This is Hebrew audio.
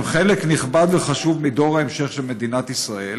הם חלק נכבד וחשוב מדור ההמשך של מדינת ישראל